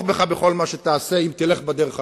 בכל מה שתעשה, אם תלך בדרך הנכונה.